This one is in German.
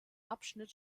abschnitt